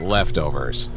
Leftovers